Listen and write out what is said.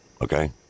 okay